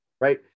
Right